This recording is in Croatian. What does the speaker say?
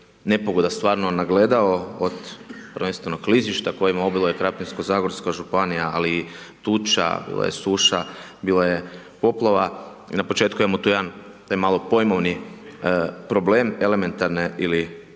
nepogoda stvarno nagledao, prvenstveno klizišta kojima obiluje Krapinsko-zagorska županija, ali i tuča, bilo je suša, bilo je poplava. I na početku imamo tu jedan taj malo pojmovni problem elementarne ili